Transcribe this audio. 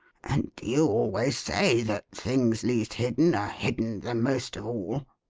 and you always say that things least hidden are hidden the most of all.